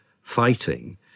fighting